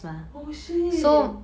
oh shit